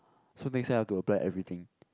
so next time I've to apply everything